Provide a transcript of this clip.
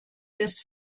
des